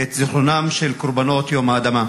את זיכרונם של קורבנות יום האדמה,